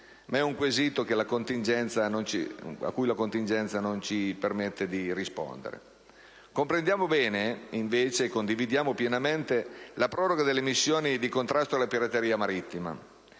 ma è un quesito al quale la contingenza non ci permette di rispondere. Comprendiamo bene, invece, e condividiamo pienamente la proroga delle missioni di contrasto alla pirateria marittima,